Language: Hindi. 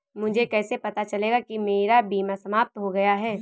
मुझे कैसे पता चलेगा कि मेरा बीमा समाप्त हो गया है?